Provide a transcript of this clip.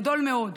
גדול מאוד.